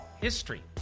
History